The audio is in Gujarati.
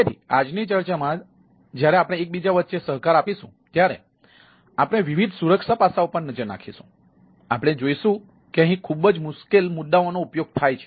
તેથી આજની ચર્ચામાં જ્યારે આપણે એકબીજા વચ્ચે સહકાર આપીશું ત્યારે આપણે વિવિધ સુરક્ષા પાસાઓ પર નજર નાખીશું આપણે જોઈશું કે અહીં ખૂબ જ મુશ્કેલ મુદ્દાઓ નો ઉપયોગ થાય છે